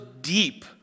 deep